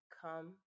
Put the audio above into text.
come